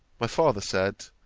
my father said,